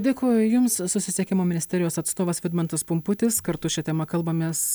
dėkoju jums susisiekimo ministerijos atstovas vidmantas pumputis kartu šia tema kalbamės